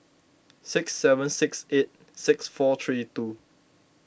six seven six eight six four three two